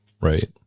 right